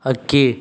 ಹಕ್ಕಿ